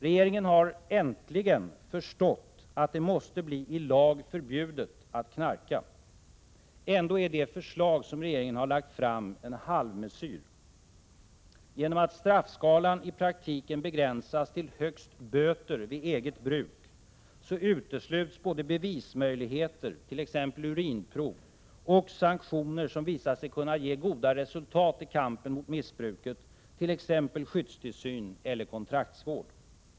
Regeringen har äntligen förstått att det måste bli i lag förbjudet att knarka. Ändå är det förslag som regeringen har lagt fram en halvmesyr. Genom att straffskalan i praktiken begränsas till högst böter vid eget bruk utesluts både bevismöjligheter, t.ex. urinprov, och sanktioner som visat sig kunna ge goda resultat i kampen mot missbruket, t.ex. skyddstillsyn eller kontraktsvård.